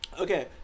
Okay